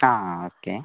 ആ ഓക്കെ